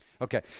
Okay